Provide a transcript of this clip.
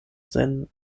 sen